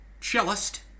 cellist